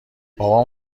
بابام